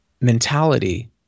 mentality